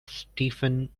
stephen